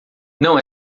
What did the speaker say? não